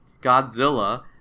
Godzilla